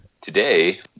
today